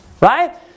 Right